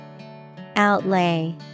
Outlay